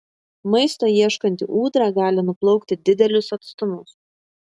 maisto ieškanti ūdra gali nuplaukti didelius atstumus